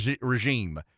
regime